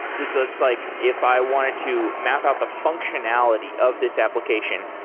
it's ah it's like if i wanted to map out the functionality of this application,